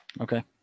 Okay